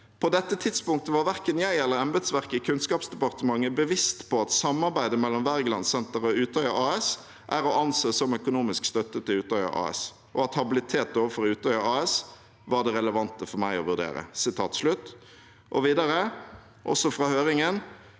«På dette tidspunktet var verken jeg eller embetsverket i Kunnskapsdepartementet bevisst på at samarbeidet mellom Wergelandsenteret og Utøya AS er å anse som økonomisk støtte til Utøya AS, og at habilitet overfor Utøya AS var det relevant for meg å vurdere.» Og videre, også fra høringen: